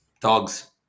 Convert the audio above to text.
Dogs